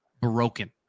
broken